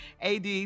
AD